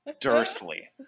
Dursley